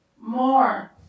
More